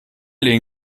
wieder